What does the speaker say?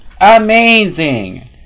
Amazing